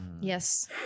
Yes